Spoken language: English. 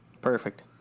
Perfect